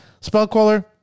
Spellcaller